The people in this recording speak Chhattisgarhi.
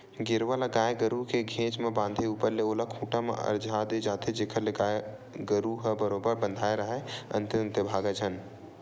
गेरवा ल गाय गरु के घेंच म बांधे ऊपर ले ओला खूंटा म अरझा दे जाथे जेखर ले गाय गरु ह बरोबर बंधाय राहय अंते तंते भागय झन